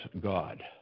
God